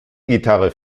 gitarre